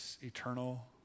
eternal